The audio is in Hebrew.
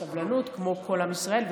בסבלנות כמו כל עם ישראל,